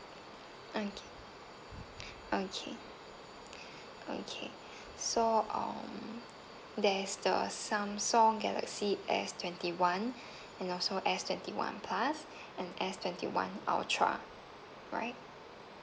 okay okay okay so um there's the Samsung galaxy S twenty one and also S twenty one plus and S twenty one ultra right